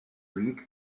league